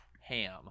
ham